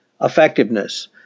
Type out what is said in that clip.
effectiveness